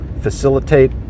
facilitate